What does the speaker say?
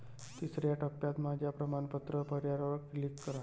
तिसर्या टप्प्यात माझ्या प्रमाणपत्र पर्यायावर क्लिक करा